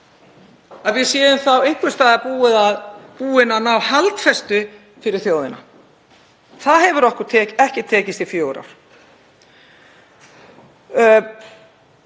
að við séum einhvers staðar búin að ná haldfestu fyrir þjóðina. Það hefur okkur ekki tekist í fjögur ár.